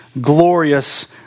glorious